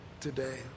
today